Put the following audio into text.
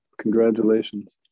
Congratulations